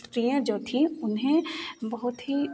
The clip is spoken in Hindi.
स्त्रियाँ जो थीं उन्हें बहुत ही